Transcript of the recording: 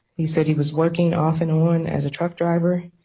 he said he was working off and on as a truck driver.